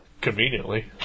conveniently